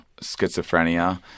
schizophrenia